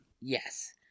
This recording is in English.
Yes